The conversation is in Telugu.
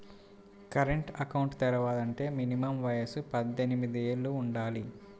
కరెంట్ అకౌంట్ తెరవాలంటే మినిమం వయసు పద్దెనిమిది యేళ్ళు వుండాలి